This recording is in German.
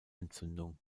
entzündung